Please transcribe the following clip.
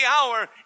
hour